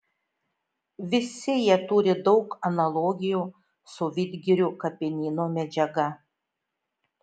visi jie turi daug analogijų su vidgirių kapinyno medžiaga